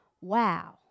Wow